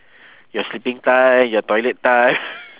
your sleeping time your toilet time